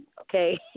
okay